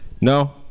No